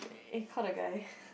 eh call the guy